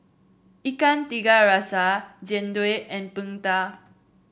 Ikan Tiga Rasa Jian Dui and Png Tao